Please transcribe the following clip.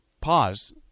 pause